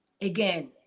Again